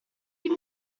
give